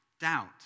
Doubt